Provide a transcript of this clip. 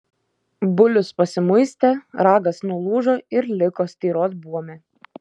bulius pasimuistė ragas nulūžo ir liko styrot buome